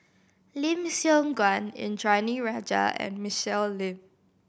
Lim Siong Guan Indranee Rajah and Michelle Lim